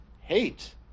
hate